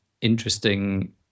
interesting